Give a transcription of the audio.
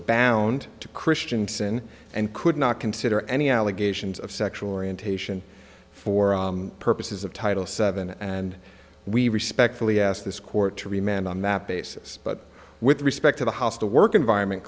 bound to christianson and could not consider any allegations of sexual orientation for purposes of title seven and we respectfully ask this court to remain on that basis but with respect to the hostile work environment